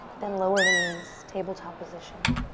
then lower the knees, tabletop position.